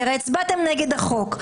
כי הרי הצבעתם נגד החוק.